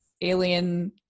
alien